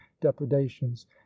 depredations